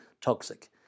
toxic